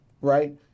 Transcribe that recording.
right